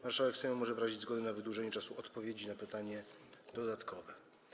Marszałek Sejmu może wyrazić zgodę na wydłużenie czasu odpowiedzi na pytanie dodatkowe.